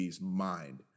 mind